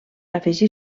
afegir